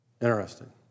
Interesting